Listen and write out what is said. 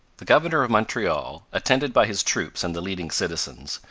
the governor of montreal, attended by his troops and the leading citizens,